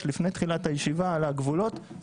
גבולות שיפוט